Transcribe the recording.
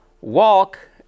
Walk